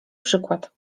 przykład